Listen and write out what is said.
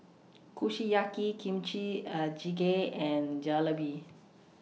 Kushiyaki Kimchi Are Jjigae and Jalebi